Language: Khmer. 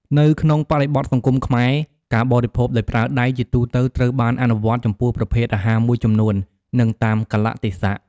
នៅក្នុងបរិបទសង្គមខ្មែរ ការបរិភោគដោយប្រើដៃជាទូទៅត្រូវបានអនុវត្តចំពោះប្រភេទអាហារមួយចំនួន និងតាមកាលៈទេសៈ។